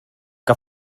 que